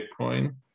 Bitcoin